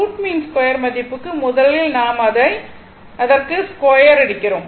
root mean square மதிப்புக்கு முதலில் நாம் அதற்கு ஸ்கொயர் எடுக்கிறோம்